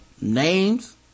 names